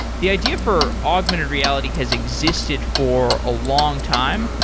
the idea for augmented reality has existed for a long-time.